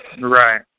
Right